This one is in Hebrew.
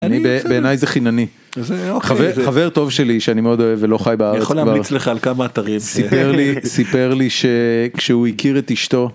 אני בעיניי זה חינני, חבר טוב שלי שאני מאוד אוהב ולא חי בארץ כבר. אני יכול להמליץ לך על כמה אתרים. סיפר לי, סיפר לי שכשהוא הכיר את אשתו.